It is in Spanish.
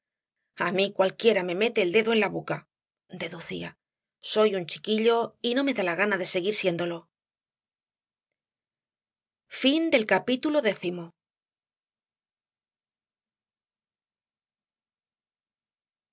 mí cualquiera me mete el dedo en la boca deducía soy un chiquillo y no me da la gana de seguir siéndolo